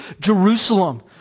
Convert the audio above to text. Jerusalem